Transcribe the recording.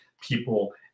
people